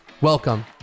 Welcome